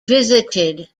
visited